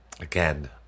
Again